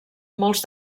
molts